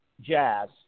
Jazz